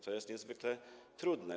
To jest niezwykle trudne.